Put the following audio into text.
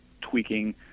tweaking